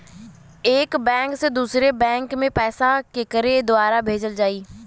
एक बैंक से दूसरे बैंक मे पैसा केकरे द्वारा भेजल जाई?